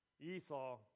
Esau